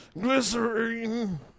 glycerine